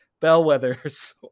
bellwethers